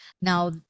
Now